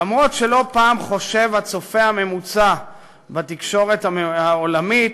אף שלא פעם חושב הצופה הממוצע בתקשורת העולמית